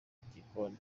igikoni